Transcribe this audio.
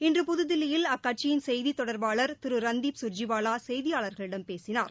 இன்று புதுதில்வியில் அக்கட்சியின் செய்தி தொடர்பாள திரு ரன்தீப் கா்ஜிவாலா செய்தியாளர்களிடம் பேசினார்